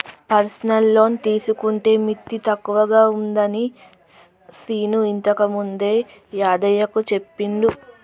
personal loan తీసుకుంటే మిత్తి తక్కువగా ఉంటుందని శీను ఇంతకుముందే యాదయ్యకు చెప్పిండు